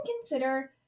consider